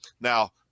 Now